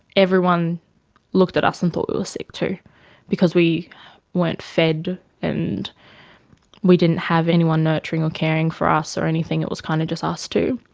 everyone looked at us and thought we were sick too because we weren't fed and we didn't have anyone nurturing or caring for us or anything, it was kind of just ah us two.